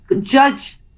judge